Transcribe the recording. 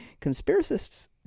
conspiracists